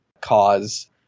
cause